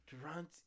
Durant